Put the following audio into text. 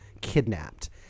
kidnapped